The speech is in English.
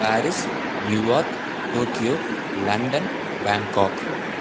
Paris New York Tokyo London Bangkok